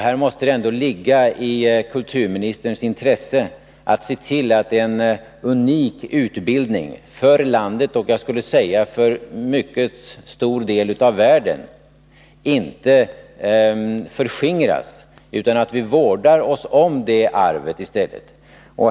Här måste det ändå ligga i kulturministerns intresse att se till att en unik utbildning för landet, och jag skulle vilja säga för en mycket stor del av världen, inte förskingras utan att vi i stället vårdar oss om det arvet.